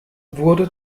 wurde